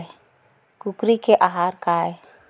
कुकरी के आहार काय?